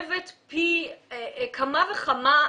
נרחבת פי כמה וכמה,